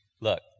look